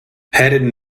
headed